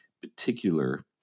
particular